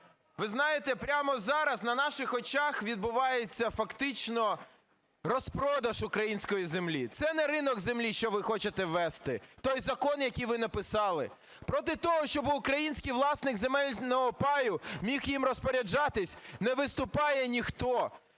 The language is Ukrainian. ви знаєте, прямо зараз на наших очах відбувається фактично розпродаж української землі. Це не ринок землі, що ви хочете ввести. Той закон, який ви написали, проти того, щоб український власник земельного паю міг ним розпоряджатися, не виступає ніхто.